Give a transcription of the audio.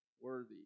worthy